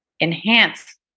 enhance